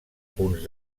punts